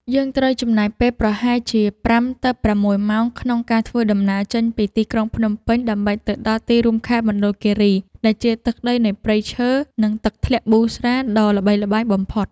យើងត្រូវចំណាយពេលប្រហែលជាប្រាំទៅប្រាំមួយម៉ោងក្នុងការធ្វើដំណើរចេញពីទីក្រុងភ្នំពេញដើម្បីទៅដល់ទីរួមខេត្តមណ្ឌលគីរីដែលជាទឹកដីនៃព្រៃឈើ និង ទឹកធ្លាក់ប៊ូស្រាដ៏ល្បីល្បាញបំផុត។